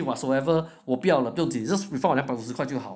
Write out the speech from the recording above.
was whatsoever 我不要我不用紧 just refund my 两百五十块就好